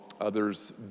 others